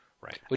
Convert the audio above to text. Right